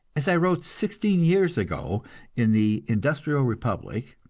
as i wrote sixteen years ago in the industrial republic,